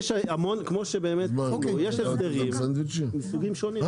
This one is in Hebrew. כמו שאמרו, יש הסדרים מסוגים שונים.